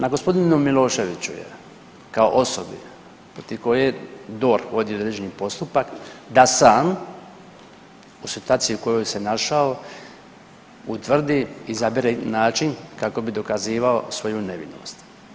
Na gospodinu Miloševiću je kao osobi protiv koje je DORH vodio određeni postupak da sam u situaciji u kojoj se našao utvrdi i izabere način kako bi dokazivao svoju nevinost.